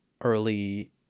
early